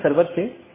बल्कि कई चीजें हैं